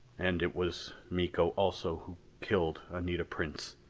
and it was miko also who killed anita prince.